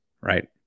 right